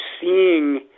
seeing